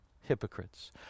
hypocrites